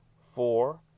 four